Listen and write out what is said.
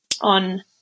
on